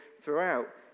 throughout